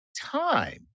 time